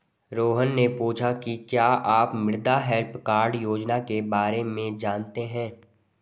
रोहन ने पूछा कि क्या आप मृदा हैल्थ कार्ड योजना के बारे में जानते हैं?